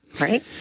Right